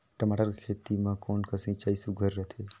टमाटर कर खेती म कोन कस सिंचाई सुघ्घर रथे?